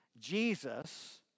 Jesus